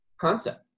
concept